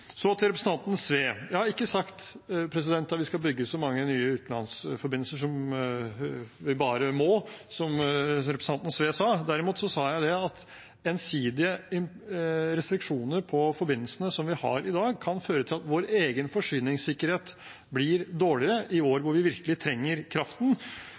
Så til representanten Sve: Jeg har ikke sagt at vi skal måtte bygge så mange nye utenlandsforbindelser, slik representanten Sve sa. Derimot sa jeg at gjensidige restriksjoner på forbindelsene, som vi har i dag, kan føre til at vår egen forsyningssikkerhet blir dårligere i år hvor vi virkelig trenger kraften.